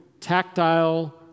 tactile